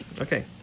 Okay